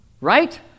right